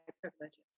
privileges